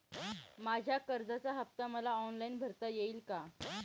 माझ्या कर्जाचा हफ्ता मला ऑनलाईन भरता येईल का?